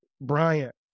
Bryant